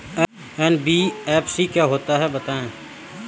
NBFC क्या होता है बताएँ?